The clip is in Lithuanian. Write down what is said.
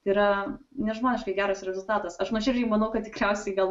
yra nežmoniškai geras rezultatas aš nuoširdžiai manau kad tikriausiai gal